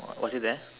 was was it there